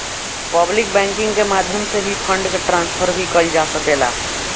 public banking के माध्यम से भी फंड के ट्रांसफर भी कईल जा सकेला